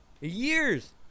years